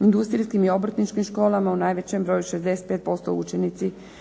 industrijskim i obrtničkim školama, u najvećem broju 65% učenici umjetničkim